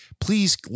Please